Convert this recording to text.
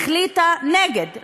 החליטה נגד,